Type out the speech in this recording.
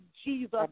jesus